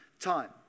time